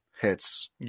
hits